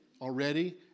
already